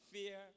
Fear